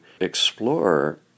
explore